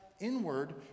inward